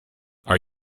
are